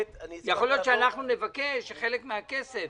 יכול להיות שנבקש שחלק מהכסף